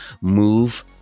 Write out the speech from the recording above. move